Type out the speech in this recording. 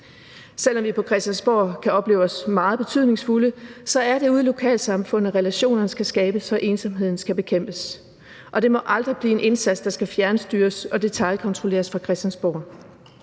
Selv om vi på Christiansborg kan opleve os meget betydningsfulde, er det ude i lokalsamfundet, at relationen skal skabes og ensomheden bekæmpes. Og det må aldrig blive en indsats, der skal fjernstyres og detailkontrolleres fra Christiansborg.